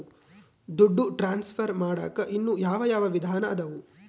ದುಡ್ಡು ಟ್ರಾನ್ಸ್ಫರ್ ಮಾಡಾಕ ಇನ್ನೂ ಯಾವ ಯಾವ ವಿಧಾನ ಅದವು?